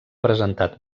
presentat